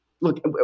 Look